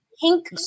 Pink